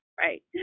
Right